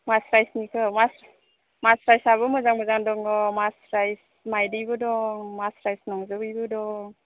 मासस्राइसनिखौ मास मासस्राइसआबो मोजां मोजां दङ मासस्राइस मायदिबो दं मासस्राइस नंजोबैबो दं